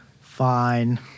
Fine